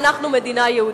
ואנחנו מדינה יהודית.